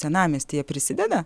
senamiestyje prisideda